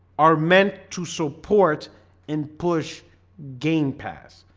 are meant to support and push game pass.